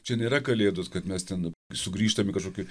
čia nėra kalėdų kad mes ten sugrįžtam į kažkokį